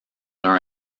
l’un